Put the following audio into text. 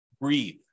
Breathe